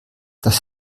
das